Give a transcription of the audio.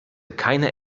keine